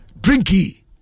Drinky